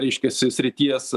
reiškiasi srities